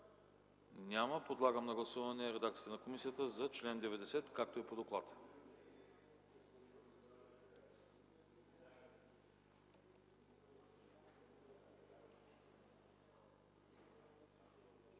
Няма. Подлагам на гласуване редакцията на комисията за чл. 88, както е по доклада.